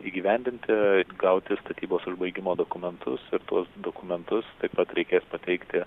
įgyvendinti gauti statybos užbaigimo dokumentus ir tuos dokumentus taip pat reikės pateikti